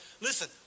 listen